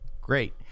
great